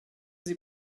sie